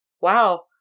Wow